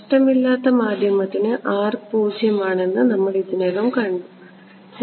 നഷ്ടമില്ലാത്ത മാധ്യമത്തിന് ആണെന്ന് നമ്മൾ ഇതിനകം കണ്ടിട്ടുണ്ട്